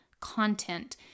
content